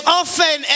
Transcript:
often